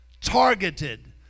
targeted